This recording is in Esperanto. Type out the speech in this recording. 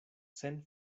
sen